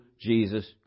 Jesus